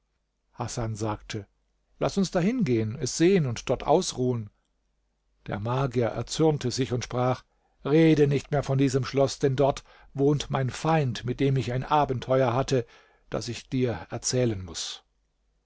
hasan sagte laß uns dahin gehen es sehen und dort ausruhen der magier erzürnte sich und sprach rede nicht mehr von diesem schloß denn dort wohnt mein feind mit dem ich ein abenteuer hatte das ich dir erzählen muß